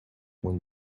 when